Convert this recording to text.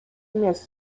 эмес